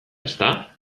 ezta